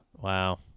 Wow